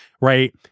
Right